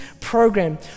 program